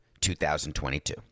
2022